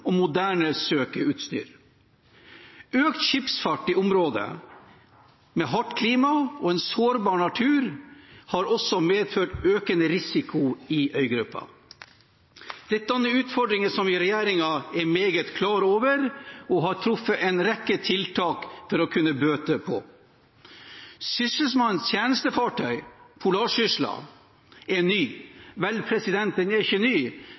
og moderne søkeutstyr. Økt skipsfart i området, med hardt klima og en sårbar natur, har også medført økt risiko for øygruppen. Dette er utfordringer som regjeringen er meget klar over, og som den har truffet en rekke tiltak for å kunne bøte på. Sysselmannens tjenestefartøy «Polarsyssel» er ny. Vel, den er ikke ny,